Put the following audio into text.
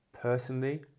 personally